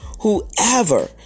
whoever